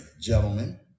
gentlemen